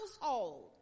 household